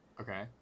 Okay